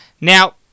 Now